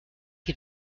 die